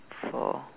four